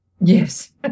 Yes